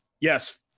Yes